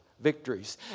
Victories